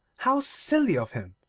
how silly of him,